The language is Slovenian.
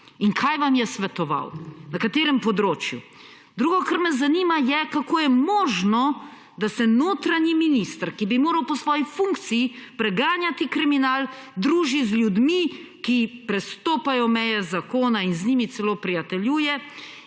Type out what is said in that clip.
od drugod, me zanima vaš odgovor. Drugo, kar me zanima, je: Kako je možno, da se notranji minister, ki bi moral po svoji funkciji preganjati kriminal, druži z ljudmi, ki prestopajo meje zakona, in z njimi celo prijateljuje?